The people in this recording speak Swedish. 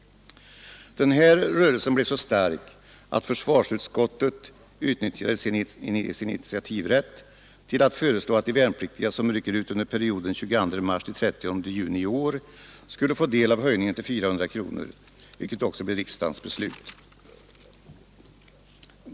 Den här rörelsen blev så stark att försvarsutskottet utnyttjade sin initiativrätt till att föreslå att de värnpliktiga som rycker ut under perioden 22 mars—30 juni i år skall få del av höjningen till 400 kronor, vilket också blivit riksdagens beslut.